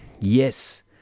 Yes